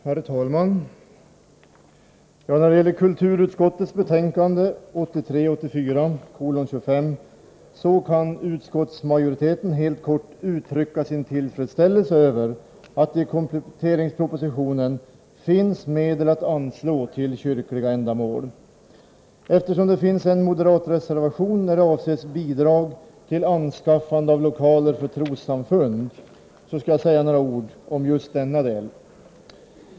Herr talman! När det gäller kulturutskottets betänkande 1983/84:25 kan utskottsmajoriteten helt kort uttrycka sin tillfredsställelse över att det i kompletteringspropositionen har upptagits medel till kyrkliga ändamål. Eftersom det finns en moderatreservation beträffande medelsanvisningen till bidrag till anskaffande av lokaler för trossamfund, skall jag säga några ord om just denna del.